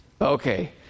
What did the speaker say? Okay